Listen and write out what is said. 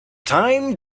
time